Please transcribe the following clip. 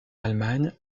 allemagne